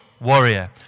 warrior